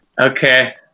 Okay